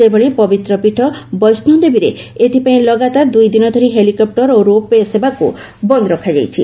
ସେହିଭଳି ପବିତ୍ର ପୀଠ ବୈଷ୍ଣୋଦେବୀରେ ଏଥିପାଇଁ ଲଗାତାର ଦୁଇଦିନ ଧରି ହେଲିକପୁର ଓ ରୋପଓ୍ପେ ସେବାକୁ ବନ୍ଦ ରଖାଯାଇଛି